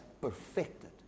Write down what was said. perfected